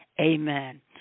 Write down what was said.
Amen